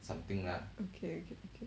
okay okay okay